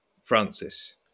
Francis